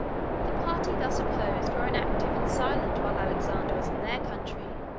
the party thus opposed were inactive and silent while alexander was in their country,